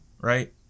right